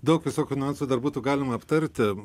daug visokių niuansų dar būtų galima aptarti